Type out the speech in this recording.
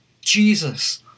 Jesus